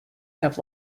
have